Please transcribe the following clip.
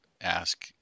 ask